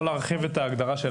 או להרחיב את ההגדרה.